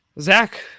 Zach